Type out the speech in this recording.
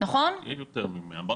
אין יותר מ-100.